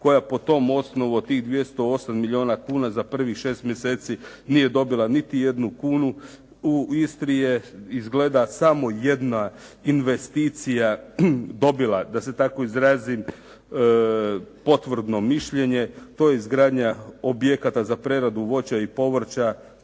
koja po tom osnovu od tih 208 milijuna kuna za prvih 6 mjeseci nije dobila niti jednu kunu, u Istri je izgleda samo jedna investicija dobila, da se tako izrazim potvrdno mišljenje, to je izgradnja objekata za preradu voća i povrća,